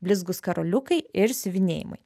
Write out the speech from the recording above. blizgūs karoliukai ir siuvinėjimai